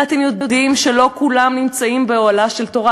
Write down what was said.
הרי אתם יודעים שלא כולם נמצאים באוהלה של תורה,